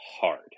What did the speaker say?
hard